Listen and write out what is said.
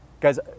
guys